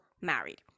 married